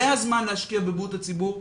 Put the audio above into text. זה הזמן להשקיע בבריאות הציבור,